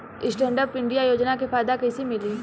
Stand up India योजना के फायदा कैसे मिली?